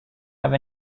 have